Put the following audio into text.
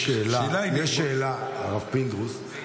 יש שאלה הרב פינדרוס,